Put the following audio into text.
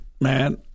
man